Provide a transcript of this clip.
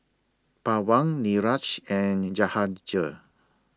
Pawan Niraj and Jahangir